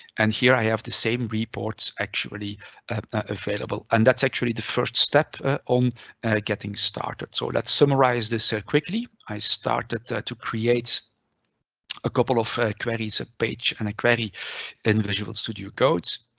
and here i have the same reports actually available. and that's actually the first step ah on getting started. so let's summarize this quickly. i started to create a couple of queries, a page and a in and visual studio codes,